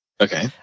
Okay